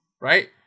right